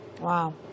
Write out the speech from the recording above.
Wow